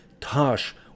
Tosh